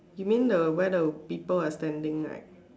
you mean the where the people are standing right